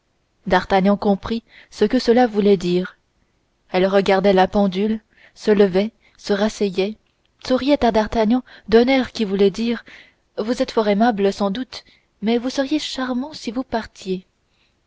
d'artagnan comprit ce que cela voulait dire elle regardait la pendule se levait se rasseyait souriait à d'artagnan d'un air qui voulait dire vous êtes fort aimable sans doute mais vous seriez charmant si vous partiez